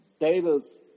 Data's